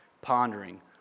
pondering